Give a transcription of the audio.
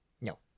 No